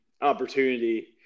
opportunity